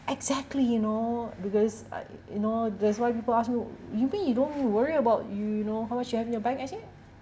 exactly you know because I you know that's why people ask me yu bee you don't worry about you know how much you have in your bank actually